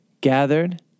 gathered